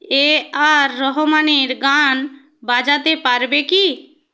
এ R রহমানের গান বাজাতে পারবে কি